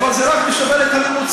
כן, אבל זה רק משפר את הממוצע.